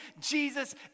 Jesus